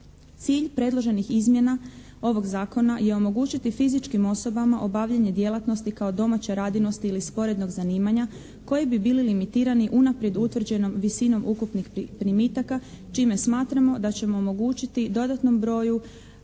Cilj predloženih izmjena ovog Zakona je omogućiti fizičkim osobama obavljanje djelatnosti kao domaće radinosti ili sporednog zanimanja koji bi bili limitirani unaprijed utvrđenom visinom ukupnih primitaka čime smatramo da ćemo omogućiti dodatnom broju